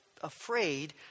afraid